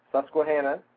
Susquehanna